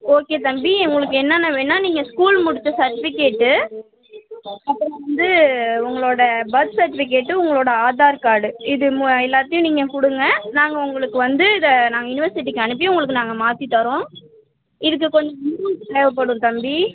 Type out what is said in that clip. okay தம்பி உங்களுக்கு என்னென்ன வேணுன்னா நீங்கள் ஸ்கூல் முடித்த சர்ட்விகேட்டு அப்புறம் வந்து உங்களோட பர்த் சர்ட்விகேட்டு உங்களோட ஆதார் கார்டு இது மூ எல்லாத்தையும் நீங்கள் கொடுங்க நாங்கள் உங்களுக்கு வந்து இதை நாங்கள் யுனிவர்சிட்டிக்கு அனுப்பி உங்களுக்கு நாங்கள் மாற்றித் தரோம் இதுக்கு கொஞ்சம் அமௌன்ட்டு தேவைப்படும் தம்பி